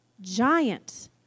Giant